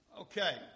Okay